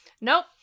nope